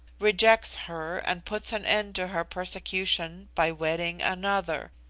rejects her, and puts an end to her persecution by wedding another.